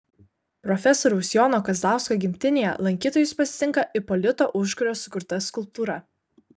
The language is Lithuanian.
profesoriaus jono kazlausko gimtinėje lankytojus pasitinka ipolito užkurio sukurta skulptūra